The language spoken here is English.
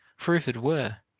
for if it were,